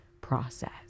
process